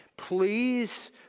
Please